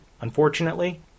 Unfortunately